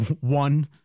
One